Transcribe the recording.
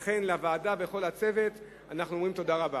וכן לוועדה ולכל הצוות אנחנו אומרים תודה רבה.